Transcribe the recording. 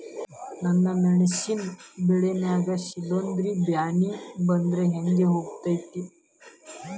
ನನ್ ಮೆಣಸ್ ಬೆಳಿ ನಾಗ ಶಿಲೇಂಧ್ರ ಬ್ಯಾನಿ ಬಂದ್ರ ಹೆಂಗ್ ಗೋತಾಗ್ತೆತಿ?